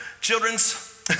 children's